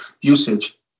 usage